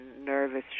nervous